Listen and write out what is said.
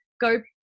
Go